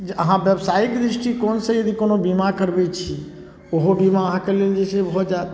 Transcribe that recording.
जे अहाँ बेवसाइक दृष्टिकोणसँ यदि कोनो बीमा करबै छी ओहो बीमा अहाँके लेल जे छै भऽ जाएत